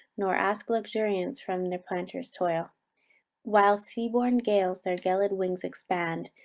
nor ask luxuriance from their planter's toil while sea-born gales their gelid wings expand,